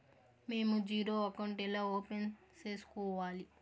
మేము zero account ఎలా open సేసుకోవాలి